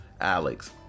Alex